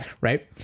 Right